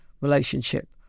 relationship